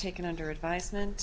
taken under advisement